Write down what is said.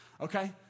okay